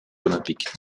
olympiques